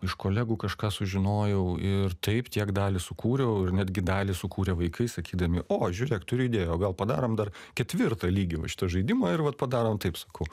iš kolegų kažką sužinojau ir taip tiek dalį sukūriau ir netgi dalį sukūrė vaikai sakydami o žiūrėk turiu idėją o gal padarom dar ketvirtą lygį va šito žaidimo ir vat padarom taip sakau